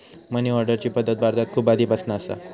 मनी ऑर्डरची पद्धत भारतात खूप आधीपासना असा